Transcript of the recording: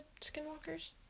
skinwalkers